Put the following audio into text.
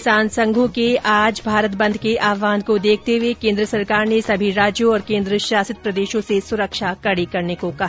किसान संघों के आज भारत बंद के आहवान को देखते हुए केन्द्र सरकार ने सभी राज्यों और केन्द्र शसित प्रदेशों से सुरक्षा कड़ी करने को कहा